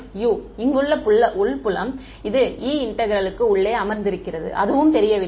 U இங்குள்ள உள் புலம் இது E இன்டெக்ரலுக்கு உள்ளே அமர்ந்திருக்கிறது அதுவும் தெரியவில்லை